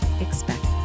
expect